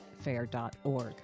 fair.org